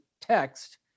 text